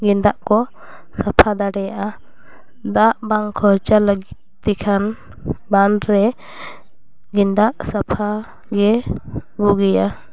ᱜᱮᱸᱫᱟᱜ ᱠᱚ ᱥᱟᱯᱷᱟ ᱫᱟᱲᱮᱭᱟᱜᱼᱟ ᱫᱟᱜ ᱵᱟᱝ ᱠᱷᱚᱨᱪᱟ ᱞᱟᱹᱜᱤᱫ ᱛᱮᱠᱷᱟᱱ ᱵᱟᱸᱫ ᱨᱮ ᱜᱮᱫᱟᱜ ᱥᱟᱯᱷᱟ ᱜᱮ ᱵᱩᱜᱤᱭᱟ